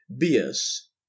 Bias